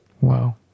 Wow